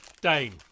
Dane